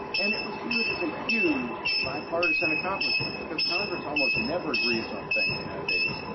and it was viewed as a huge bipartisan accomplishment because congress almost never agrees on things nowadays,